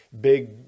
big